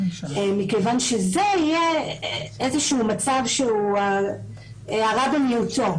זה יהיה איזה שהוא מצב שהוא הרע במיעוטו.